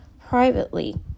privately